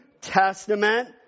Testament